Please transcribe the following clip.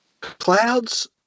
clouds